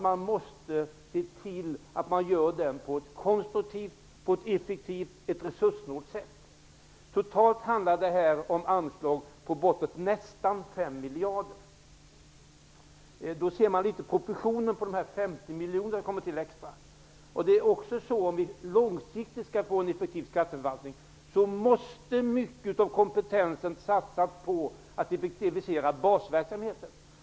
Man måste se till att varje företagsutveckling görs på ett konstruktivt, effektivt och resurssnålt sätt. Totalt handlar det om anslag omfattande bortemot 5 miljarder. Jag säger detta för att visa på proportionerna när 50 miljoner extra tillkommer. För att vi beträffande kompetensen långsiktigt skall få en effektiv skatteförvaltning måste mycket satsas på en effektivisering av basverksamheten.